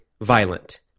violent